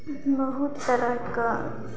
बहुत तरहके